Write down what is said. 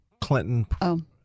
Clinton